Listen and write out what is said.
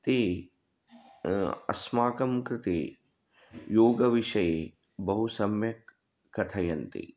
ते आस्माकं कृते योगविषये बहु सम्यक् कथयन्ति